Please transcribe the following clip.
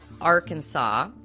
Arkansas